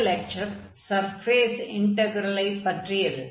இந்த lecture surface இன்டக்ரெலை பற்றியது